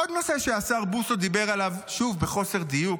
עוד נושא שהשר בוסו דיבר עליו, שוב בחוסר דיוק,